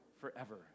forever